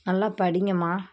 நல்ல படிங்கம்மா